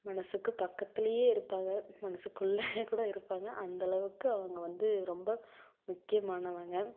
மனதுக்கு பக்கத்திலேயே இருப்பாங்க மனதுக்குள்ள கூட இருப்பாங்க அந்தளவுக்கு அவங்க வந்து ரொம்ப முக்கியமானவங்க